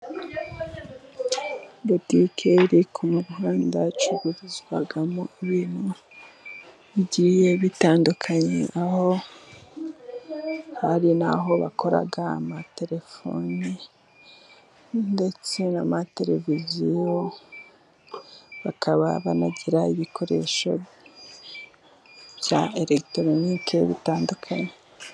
Botike iri ku muhanda icururizwamo ibintu bigiye bitandukanye. Aho hari n'aho bakora amatelefoni ndetse n'amateleviziyo. Bakaba banagira ibikoresho bya elegitoronike bitandukanye.